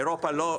אירופה לא,